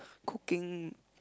cooking